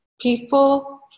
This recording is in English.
people